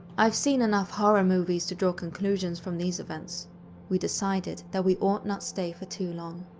i've seen enough horror movies to draw conclusions from these events we decided that we ought not stay for too long.